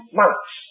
months